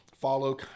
follow